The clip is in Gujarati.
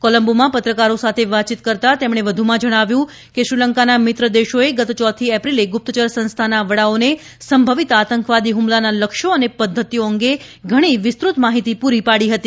કોલંબોમાં પત્રકારો સાથે વાતયીત કરતા તેમણે વધુમાં જણાવ્યું હતું કે શ્રીલંકાના મિત્ર દેશોએ ગત યોથી એપ્રિલે ગુપ્તચર સંસ્થાના વડાઓને સંભંવીત આતંકવાદી ફમલાના લક્ષ્યો અને પદ્ધતિઓ અંગે ઘણી વિસ્તૃત માહિતી પૂરી પાડી હતી